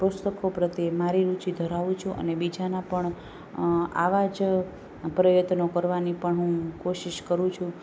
પુસ્તકો પ્રત્યે મારી રુચિ ધરાવું છું અને બીજાના પણ આવા જ પ્રયત્નો કરવાની પણ હું કોશિશ કરું છું